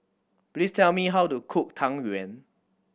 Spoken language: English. please tell me how to cook Tang Yuen